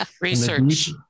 Research